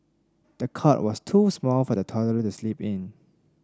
the cot was too small for the toddler to sleep in